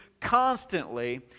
constantly